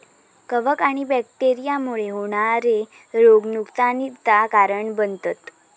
कवक आणि बैक्टेरिया मुळे होणारे रोग नुकसानीचा कारण बनतत